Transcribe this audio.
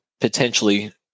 potentially